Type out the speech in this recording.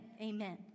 Amen